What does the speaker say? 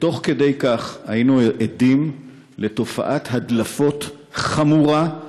תוך כדי כך היינו עדים לתופעת הדלפות חמורה,